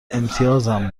امتیازم